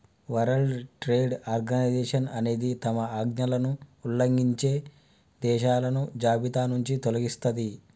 world trade organization అనేది తమ ఆజ్ఞలను ఉల్లంఘించే దేశాలను జాబితానుంచి తొలగిస్తది